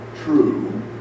true